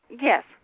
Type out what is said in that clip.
Yes